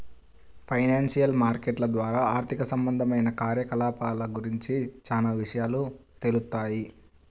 financial మార్కెట్ల ద్వారా ఆర్థిక సంబంధమైన కార్యకలాపాల గురించి చానా విషయాలు తెలుత్తాయి